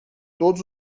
todos